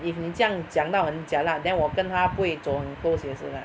if 你这样讲到很 jialat then 我跟她不会走很 close 也是 lah